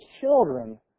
children